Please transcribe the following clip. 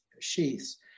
sheaths